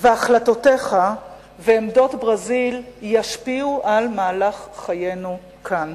והחלטותיך ועמדות ברזיל ישפיעו על מהלך חיינו כאן.